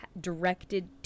directed